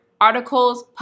articles